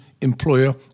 employer